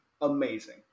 Amazing